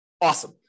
Awesome